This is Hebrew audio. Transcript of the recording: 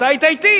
ואתה היית אתי.